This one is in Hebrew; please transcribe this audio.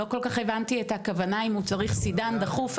לא כל כך הבנתי את הכוונה אם הוא צריך סידן דחוף,